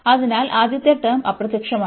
അതിനാൽ ആദ്യത്തെ ടേം അപ്രത്യക്ഷമാകും